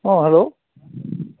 অ hello